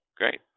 Great